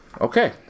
Okay